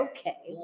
Okay